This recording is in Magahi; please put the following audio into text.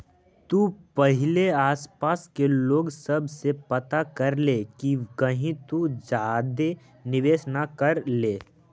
तु पहिले आसपास के लोग सब से पता कर ले कि कहीं तु ज्यादे निवेश न कर ले